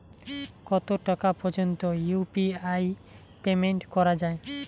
কত টাকা পর্যন্ত ইউ.পি.আই পেমেন্ট করা যায়?